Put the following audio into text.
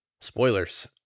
spoilers